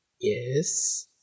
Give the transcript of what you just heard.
Yes